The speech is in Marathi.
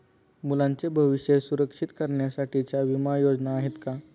मुलांचे भविष्य सुरक्षित करण्यासाठीच्या विमा योजना आहेत का?